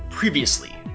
Previously